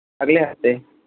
अगले हफ़्ते